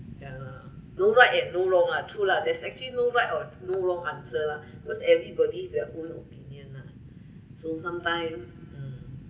ya lah no right and no wrong lah true lah there's actually no right or no wrong answer lah because everybody has their own opinion lah so sometime mm